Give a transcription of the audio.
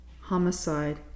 homicide